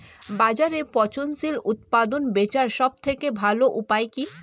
বাজারে পচনশীল উৎপাদন বেচার সবথেকে ভালো উপায় কি?